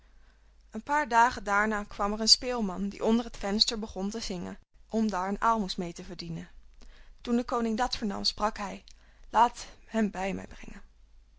een paar dagen daarna kwam er een speelman die onder het venster begon te zingen om daar een aalmoes mee te verdienen toen de koning dat vernam sprak hij laat hem bij mij brengen